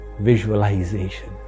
visualization